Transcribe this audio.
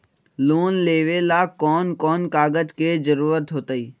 Loan लेवेला कौन कौन कागज के जरूरत होतई?